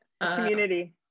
Community